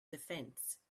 defence